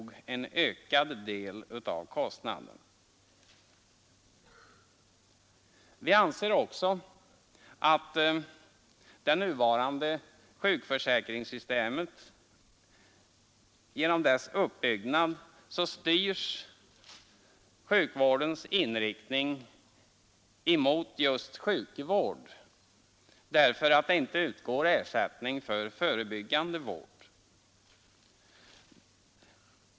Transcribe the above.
Genom det nuvarande sjukförsäkringssystemets uppbyggnad styrs sjukvårdens inriktning mot just sjukvård därför att det inte utgår ersättning för förebyggande vård.